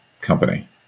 company